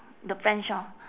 the french orh